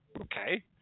Okay